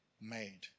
made